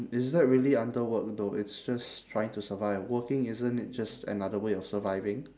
is that really under work though it's just trying to survive working isn't it just another way of surviving